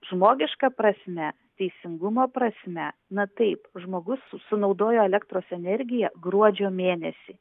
žmogiška prasme teisingumo prasme na taip žmogus su sunaudojo elektros energiją gruodžio mėnesį